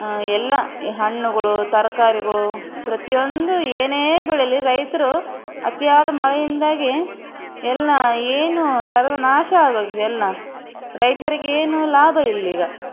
ಎಲ್ಲ ಈ ಹಣ್ಣುಗಳು ತರ್ಕಾರಿಗಳು ಪ್ರತಿಯೊಂದೂ ಏನೇ ಬೆಳೀಲಿ ರೈತರು ಅತಿಯಾದ ಮಳೆಯಿಂದಾಗಿ ಎಲ್ಲ ಏನು ಸರ್ವನಾಶ ಆಗೋಗಿದೆ ಎಲ್ಲ ರೈತರಿಗೆ ಏನು ಲಾಭಯಿಲ್ಲ ಈಗ